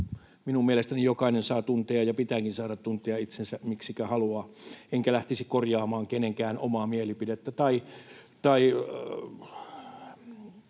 Minun mielestäni jokainen saa tuntea ja jokaisen pitääkin saada tuntea itsensä miksikä haluaa enkä lähtisi korjaamaan kenenkään omaa mielipidettä